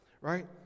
right